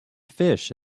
fish